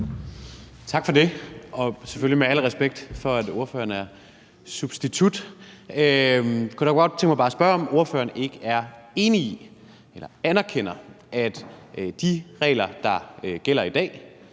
Tak for det. Og selvfølgelig med al respekt for, at ordføreren er substitut, kunne jeg godt tænke mig bare at spørge om, om ordføreren ikke er enig i eller anerkender, at de regler, der gælder i dag,